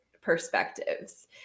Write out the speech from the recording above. perspectives